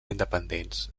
independents